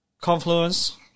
Confluence